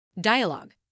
Dialogue